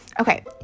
okay